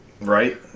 Right